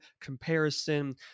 comparison